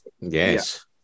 Yes